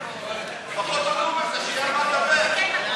נשנית,